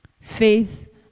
faith